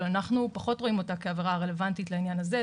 אבל אנחנו פחות רואים אותה כעבירה רלוונטית לעניין הזה,